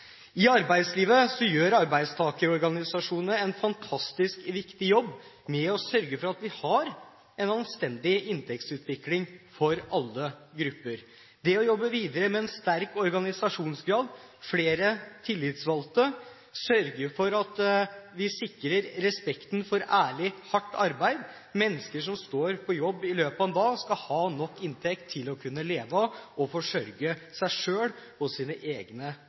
I arbeidslivet gjør arbeidstakerorganisasjonene en fantastisk viktig jobb med å sørge for at vi har en anstendig inntektsutvikling for alle grupper, jobbe videre med en sterk organisasjonsgrad, flere tillitsvalgte og sørge for at vi sikrer respekten for ærlig, hardt arbeid. Mennesker som står på jobb i løpet av en dag, skal ha nok inntekt til å kunne leve av og forsørge seg selv og sine egne